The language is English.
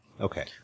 Okay